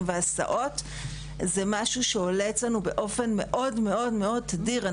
והסעות זה משהו שעולה אצלנו באופן מאוד מאוד תדיר.